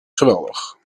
geweldig